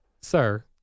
sir